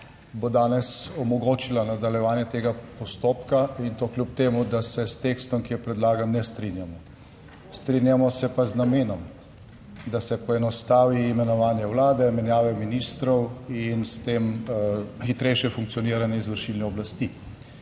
bo danes omogočila nadaljevanje tega postopka in to kljub temu, da se s tekstom, ki je predlagan ne strinjamo. Strinjamo se pa z namenom, da se poenostavi imenovanje Vlade, menjave ministrov in s tem hitrejše funkcioniranje izvršilne oblasti.